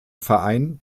verein